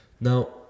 Now